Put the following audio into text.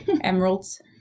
emeralds